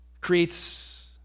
Creates